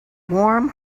warm